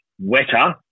wetter